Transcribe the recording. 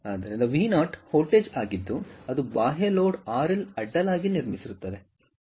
ಆದ್ದರಿಂದ ವಿ0 ವೋಲ್ಟೇಜ್ ಆಗಿದ್ದು ಅದು ಬಾಹ್ಯ ಲೋಡ್ ಆರ್ ಲ್ ಅಡ್ಡಲಾಗಿ ನಿರ್ಮಿಸುತ್ತದೆ